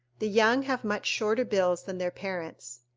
the young have much shorter bills than their parents.